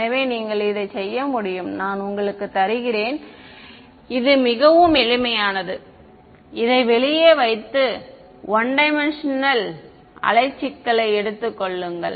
எனவே நீங்கள் இதைச் செய்ய முடியும் நான் உங்களுக்கு தருகிறேன் இது மிகவும் எளிமையானது இதை வெளியே வைத்து 1D அலை சிக்கலை எடுத்துக் கொள்ளுங்கள்